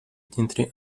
dintre